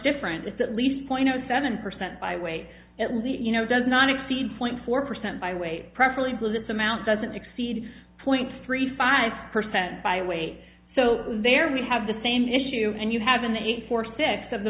different than that lease point zero seven percent by way at least you know does not exceed point four percent by weight preferably blips amount doesn't exceed point three five percent by weight so there we have the same issue and you have an eight for six of the